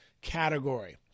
category